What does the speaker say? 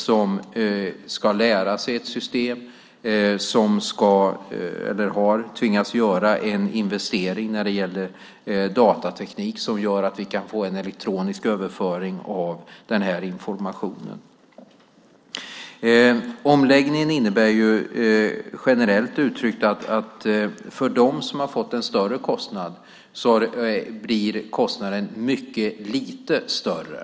De ska lära sig ett system och har tvingats göra investeringar i datateknik så att det kan bli en elektronisk överföring av informationen. Omläggningen innebär generellt uttryckt att för dem som har fått en större kostnad har kostnaden blivit mycket lite större.